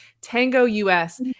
Tango.us